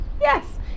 Yes